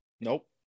Nope